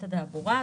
תשאל את אביר קארה.